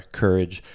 courage